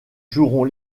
joueront